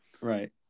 Right